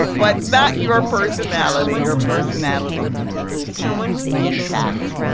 but not your personality. your personality will be intact.